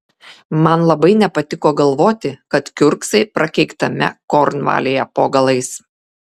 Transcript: man labai nepatiko galvoti kad kiurksai prakeiktajame kornvalyje po galais